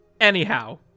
Anyhow